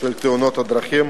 של תאונות הדרכים